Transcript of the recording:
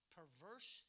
perverse